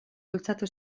bultzatu